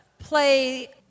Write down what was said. play